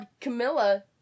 Camilla